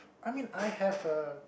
I mean I have a